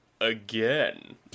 again